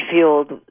field